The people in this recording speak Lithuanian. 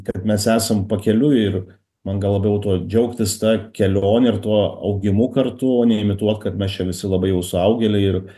kad mes esam pakeliui ir man gal labiau tuo džiaugtis ta kelione ir tuo augimu kartu o ne imituot kad mes čia visi labai jau suaugėliai ir